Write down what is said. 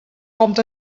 komt